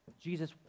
Jesus